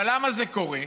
אבל למה זה קורה?